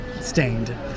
stained